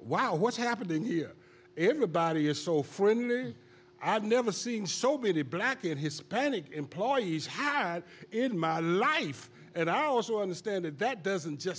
wow what's happening here everybody is so friendly i've never seen so many black and hispanic employees had in my life and i also understand that that doesn't just